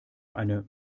eine